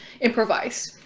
improvise